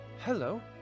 Hello